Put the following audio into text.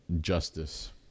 justice